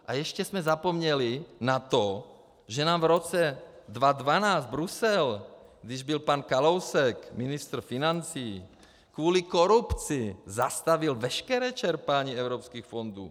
A ještě jsme zapomněli na to, že nám v roce 2012 Brusel, když byl pan Kalousek ministr financí, kvůli korupci zastavil veškeré čerpání evropských fondů.